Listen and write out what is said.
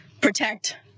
protect